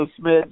Smith